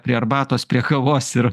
prie arbatos prie kavos ir